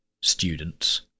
students